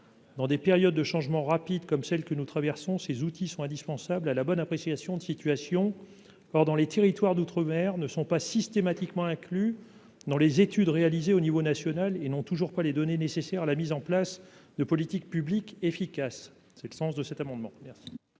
Dans une période de changements rapides comme celle que nous traversons, ces outils sont indispensables à la bonne appréciation des situations. Or, les territoires d'outre-mer ne sont pas systématiquement inclus dans les études réalisées au niveau national et ne disposent toujours pas des données nécessaires à la mise en place de politiques publiques efficaces. Quel est l'avis de la commission